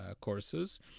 courses